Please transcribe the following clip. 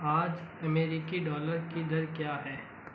आज अमेरिकी डॉलर की दर क्या है